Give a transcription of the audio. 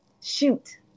shoot